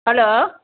hello